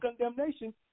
condemnation